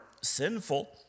sinful